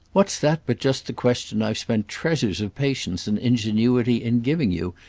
what's that but just the question i've spent treasures of patience and ingenuity in giving you,